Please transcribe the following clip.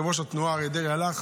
יושב-ראש התנועה אריה דרעי הלך